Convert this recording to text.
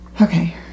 Okay